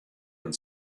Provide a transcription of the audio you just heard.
and